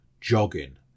jogging